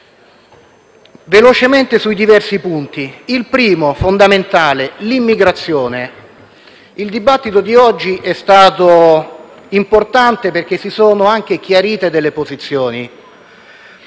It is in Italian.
illustrare i diversi punti. Il primo, fondamentale, riguarda l'immigrazione. Il dibattito di oggi è stato importante, perché si sono chiarite delle posizioni.